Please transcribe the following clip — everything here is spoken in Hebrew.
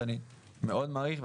שאני מאוד מעריך,